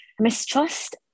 mistrust